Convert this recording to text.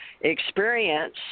experience